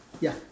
ya